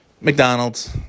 McDonald's